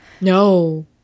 No